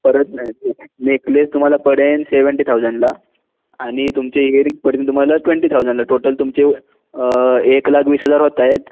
परत नेकलेस तुम्हाला पडेल सेवनटी थाउजंडला आणि तुमचे ईअररिंग पडेल तुम्हाला ट्वेंटी थाउजंडला टोटल तुमचे एक लाख वीस हजार होत आहेत